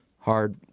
Hard